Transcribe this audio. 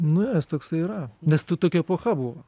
nu jo jis toksai yra nes tu tokia epocha buvo